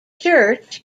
church